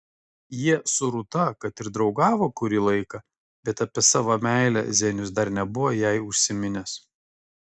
jie su rūta kad ir draugavo kurį laiką bet apie savo meilę zenius dar nebuvo jai užsiminęs